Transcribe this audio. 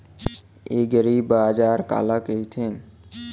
एगरीबाजार काला कहिथे?